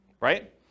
right